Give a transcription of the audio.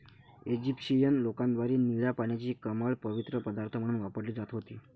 Egyptian लोकांद्वारे निळ्या पाण्याची कमळ पवित्र पदार्थ म्हणून वापरली जात होती